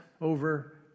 over